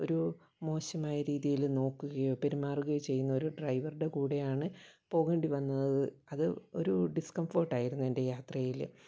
ഒരു മോശമായ രീതിയിൽ നോക്കുകയോ പെരുമാറുകയോ ചെയ്യുന്ന ഒരു ഡ്രൈവറുടെ കൂടെയാണ് പോകേണ്ടി വന്നത് അത് ഒരു ഡിസ്കംഫോർട്ടായിരുന്നു എൻ്റെ യാത്രയിൽ